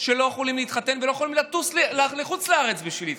שלא יכולים להתחתן ולא יכולים לטוס לחוץ לארץ בשביל להתחתן.